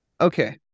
Okay